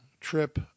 trip